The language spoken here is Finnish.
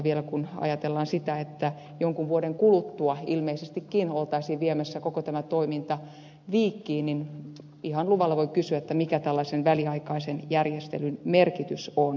vielä kun ajatellaan sitä että jonkin vuoden kuluttua ilmeisestikin oltaisiin viemässä koko tämä toiminta viikkiin niin ihan luvalla voi kysyä mikä tällaisen väliaikaisen järjestelyn merkitys on